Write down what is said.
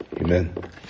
Amen